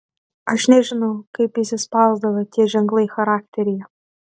aš nežinau kaip įsispausdavo tie ženklai charakteryje